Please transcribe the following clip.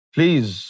Please